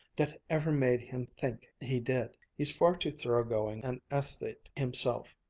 that ever made him think he did. he's far too thoroughgoing an aesthete himself.